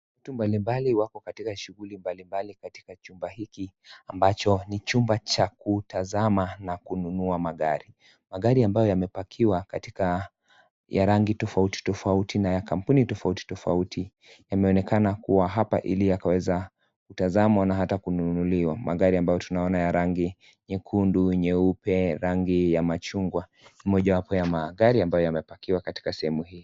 Watu mbalimbali wako kwenye shughuli mbalimbali katika chumba hiki ambacho ni chumba cha kutazama na kununua magari. Magari ambayo yamepakiwa katika ya rangi tofauti tofauti na kampuni tofauti tofauti, yameonekana kuwa hapa ili yakaweza kutazamwa na hata kununuliwa. Magari ambao tunaona ya rangi nyekundu, nyeupe, rangi ya machungwa, ni mojawapo ya magari ambayo yamepakiwa katika sehemu hii.